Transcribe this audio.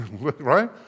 right